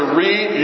read